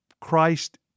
Christ